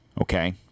okay